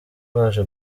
baje